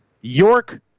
York